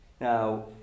Now